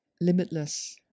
limitless